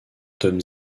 tom